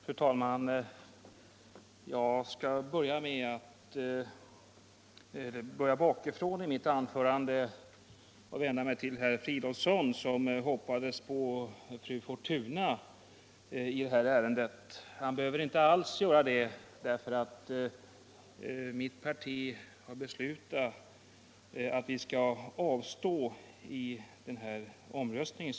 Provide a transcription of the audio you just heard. Fru talman! Jag skall börja bakifrån och vända mig till herr Fridolfsson, som hoppades på fru Fortuna i detta ärende. Han behöver inte alls göra det, eftersom vi i mitt parti har beslutat att vi skall avstå i den här omröstningen.